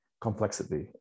complexity